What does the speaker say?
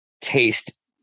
taste